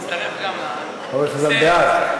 אני מצטרף גם, חבר הכנסת חזן בעד?